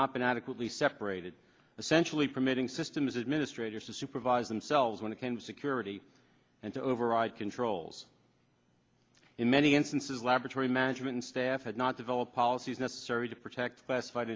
not been adequately separated essentially permitting systems administrators to supervise themselves when it came to security and to override controls in many instances laboratory management staff had not developed policies necessary to protect